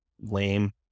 Lame